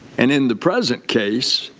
and in the present case,